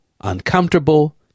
uncomfortable